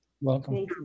Welcome